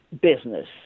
business